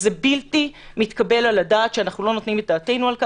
בלתי מתקבל על הדעת שאנחנו לא נותנים את דעתנו על כך.